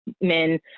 men